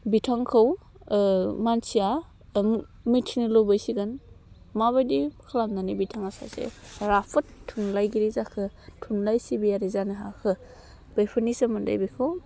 बिथांखौ मानसिया मिन्थिनो लुगैसिगोन माबायदि खालामनानै बिथाङा सासे राफोद थुनलाइगिरि जाखो थुनलाइ सिबियारि जानो हाखो बेफोरनि सोमोन्दै बेखौ